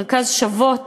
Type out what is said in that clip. מרכז "שוות",